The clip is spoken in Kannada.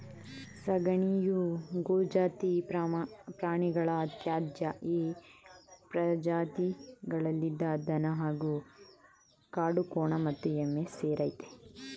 ಸಗಣಿಯು ಗೋಜಾತಿ ಪ್ರಾಣಿಗಳ ತ್ಯಾಜ್ಯ ಈ ಪ್ರಜಾತಿಗಳಲ್ಲಿ ದನ ಹಾಗೂ ಕಾಡುಕೋಣ ಮತ್ತು ಎಮ್ಮೆ ಸೇರಯ್ತೆ